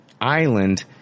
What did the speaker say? island